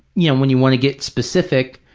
you know, when you want to get specific,